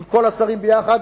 עם כל השרים יחד,